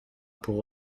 pour